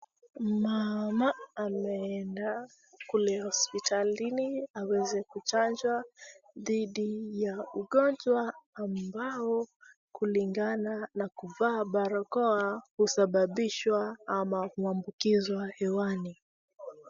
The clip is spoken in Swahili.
Mama ameenda kule hospitalini ili aweze kuchanjwa dhidi ya ugonjwa, ammbao kulingana na kuvaa barakoa husababishwa au huambukizwa hewani.